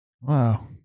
Wow